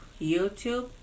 YouTube